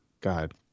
God